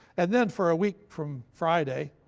and then for a week from friday